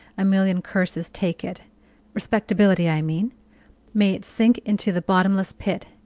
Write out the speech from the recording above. a million curses take it respectability, i mean may it sink into the bottomless pit,